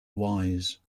wise